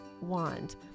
wand